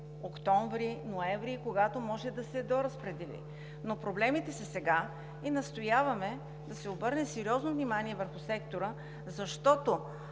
октомври, ноември, когато може да се доразпредели, но проблемите са сега. Настояваме да се обърне сериозно внимание върху сектора, защото